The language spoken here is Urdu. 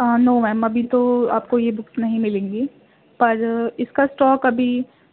نو میم ابھی تو آپ کو یہ بکس نہیں ملیں گی پر اس کا اسٹاک ابھی